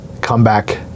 Comeback